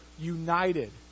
united